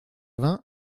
vingts